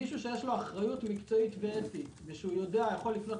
מישהו שיש לו אחריות מקצועית ואתית ושיכול לפנות